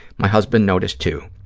my husband noticed, too.